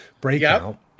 Breakout